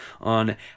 on